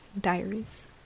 Diaries